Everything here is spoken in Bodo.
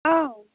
औ